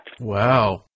Wow